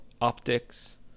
optics